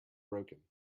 broken